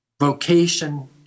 vocation